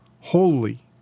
holy